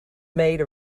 made